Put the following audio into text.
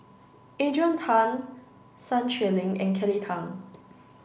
Adrian Tan Sun Xueling and Kelly Tang